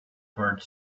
part